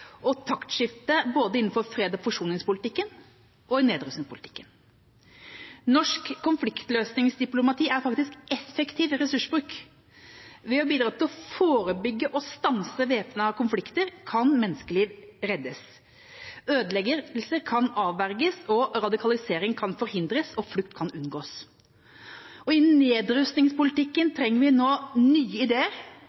og taktskifte både innenfor freds- og forsoningspolitikken og i nedrustningspolitikken. Norsk konfliktløsningsdiplomati er faktisk effektiv ressursbruk. Ved å bidra til å forebygge og stanse væpnede konflikter kan menneskeliv reddes. Ødeleggelser kan avverges, radikalisering kan forhindres, og flukt kan unngås. Også innen nedrustningspolitikken